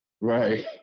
Right